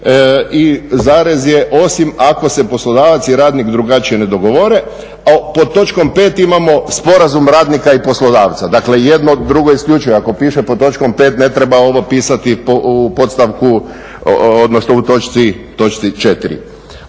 i zarez je osim ako se poslodavac i radnik drugačije ne dogovore. A pod točkom 5. imamo sporazum radnika i poslodavca. Dakle, jedno drugo isključuje. Ako piše pod točkom 5. ne treba ovo pisati u podstavku